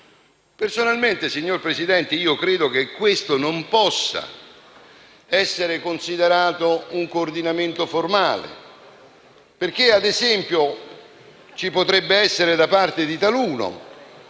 Personalmente, signor Presidente, credo che questo non possa essere considerato un coordinamento formale perché, ad esempio, ci potrebbe essere da parte di taluno